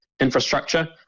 infrastructure